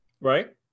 right